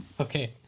Okay